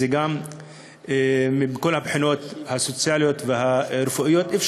מכל הבחינות, הסוציאליות והרפואיות.